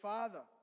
Father